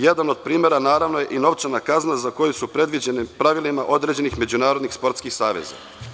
Jedan od primera je i novčana kazna za koje su predviđene, pravilima određenih međunarodnih sportskih saveza.